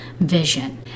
vision